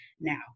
now